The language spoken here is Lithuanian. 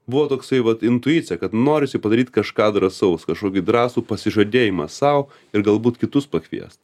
buvo toksai vat intuicija kad norisi padaryt kažką drąsaus kažkokį drąsų pasižadėjimą sau ir galbūt kitus pakviest